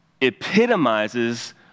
epitomizes